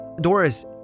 Doris